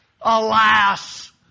Alas